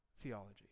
theology